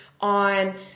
on